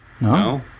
No